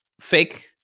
fake